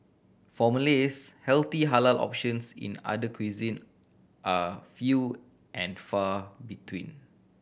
for Malays healthy halal options in other cuisine are few and far between